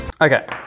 Okay